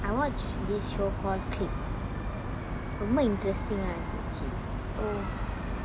I watched this show called click ரொம்ப:romba interesting ah இருந்துச்சி:irunduchi